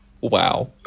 Wow